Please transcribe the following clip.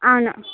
అవును